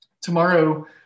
tomorrow